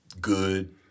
good